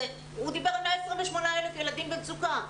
הוא דיבר על 128,000 ילדים במצוקה.